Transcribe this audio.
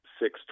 six